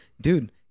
dude